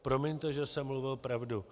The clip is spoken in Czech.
Promiňte, že jsem mluvil pravdu.